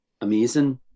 amazing